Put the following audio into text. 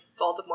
Voldemort